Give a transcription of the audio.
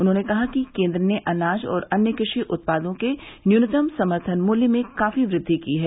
उन्होने कहा कि केन्द्र ने अनाज और अन्य कृषि उत्पादों के न्यूनतम समर्थन मूल्य में काफी वृद्वि की है